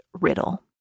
riddle